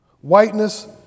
Whiteness